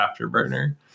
afterburner